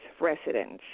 residents